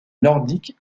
nordique